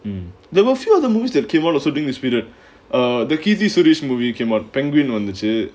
um there are a few other movies that came on also during this period the keerthy suresh movie came on penguin வந்துச்சி:vanthuchi